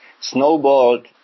snowballed